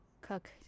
cook